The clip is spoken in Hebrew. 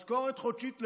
משכורת חודשית,